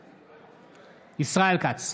בעד ישראל כץ,